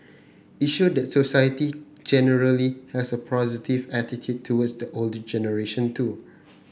it showed that society generally has a positive attitude towards the older generation too